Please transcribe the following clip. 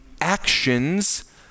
actions